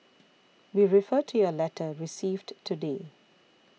we refer to your letter received today